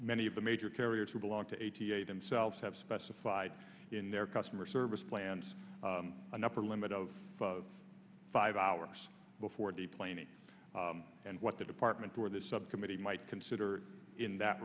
many of the major carriers who belong to eighty eight themselves have specified in their customer service plans an upper limit of five hours before the plane is and what the department or the subcommittee might consider in that